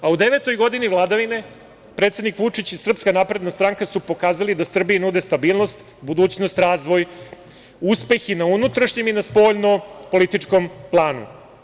U devetoj godini vladavine, predsednik Vučić i SNS, su pokazali da Srbiji nude stabilnost, budućnost, razvoj, uspeh i na unutrašnjem i na spoljno-političkom planu.